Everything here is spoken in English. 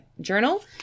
journal